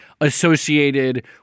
associated